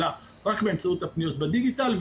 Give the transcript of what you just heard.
אלא רק באמצעות הפניות בדיגיטל,